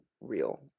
real